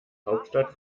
hauptstadt